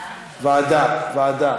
ועדה.